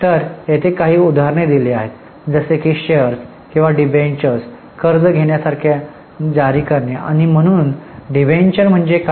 तर येथे काही उदाहरणे दिली आहेत जसे की शेअर्स किंवा डिबेंचर्स कर्ज घेण्यासारखे जारी करणे आणि म्हणूनच डिबेंचर म्हणजे काय